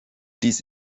dies